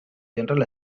general